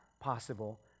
possible